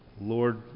lord